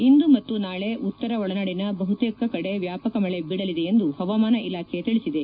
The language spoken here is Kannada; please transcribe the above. ಇಂದು ಮತ್ತು ನಾಳೆ ಉತ್ತರ ಒಳನಾಡಿನ ಬಹುತೇಕ ವ್ಲಾಪಕ ಮಳೆ ಬೀಳಲಿದೆ ಎಂದು ಹವಾಮಾನ ಇಲಾಖೆ ತಿಳಿಸಿದೆ